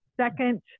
second